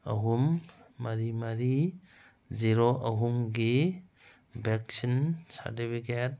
ꯑꯍꯨꯝ ꯃꯔꯤ ꯃꯔꯤ ꯖꯤꯔꯣ ꯑꯍꯨꯝꯒꯤ ꯕꯦꯛꯁꯤꯟ ꯁꯥꯔꯇꯤꯐꯤꯀꯦꯠ